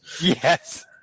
Yes